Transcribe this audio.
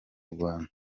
rwanda